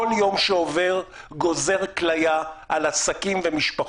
כל יום שעובר גוזר כליה על עסקים ומשפחות.